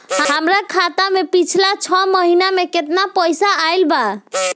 हमरा खाता मे पिछला छह महीना मे केतना पैसा आईल बा?